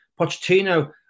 Pochettino